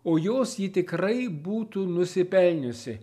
o jos ji tikrai būtų nusipelniusi